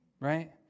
right